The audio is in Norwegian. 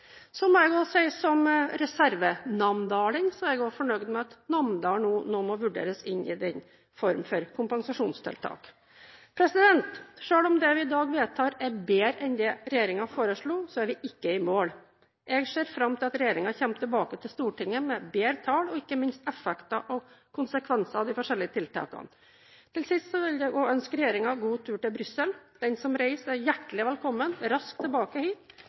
Så må jeg si at som reservenamdaling er jeg også fornøyd med at Namdalen nå må vurderes inn i denne formen for kompensasjonstiltak. Selv om det vi i dag vedtar, er bedre enn det regjeringen foreslo, så er vi ikke i mål. Jeg ser fram til at regjeringen kommer tilbake til Stortinget med bedre tall og ikke minst med effekter og konsekvenser av de forskjellige tiltakene. Til sist vil jeg ønske regjeringen god tur til Brussel. Den som reiser, er hjertelig velkommen raskt tilbake hit